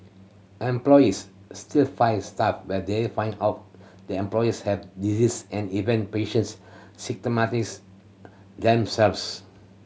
employers still fire staff when they find out the employees have disease and even patients stigmatise themselves